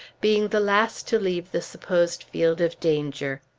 being the last to leave the supposed field of danger.